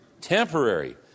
temporary